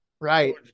Right